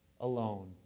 alone